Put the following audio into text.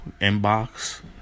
inbox